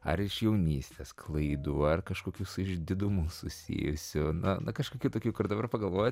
ar iš jaunystės klaidų ar kažkokių su išdidumu susijusiu na na kažkokių tokių kur dabar pagalvojat